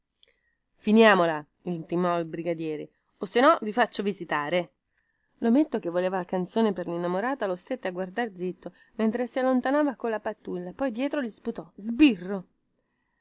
finiamola intimò il brigadiere o se no vi faccio visitare lometto che voleva la canzone per linnamorata lo stette a guardar zitto mentre si allontanava colla pattuglia poi dietro gli sputò sbirro